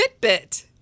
Fitbit